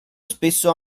spesso